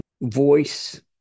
voice